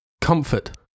Comfort